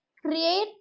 Create